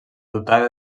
dubtava